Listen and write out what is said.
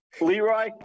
Leroy